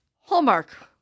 Hallmark